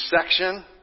section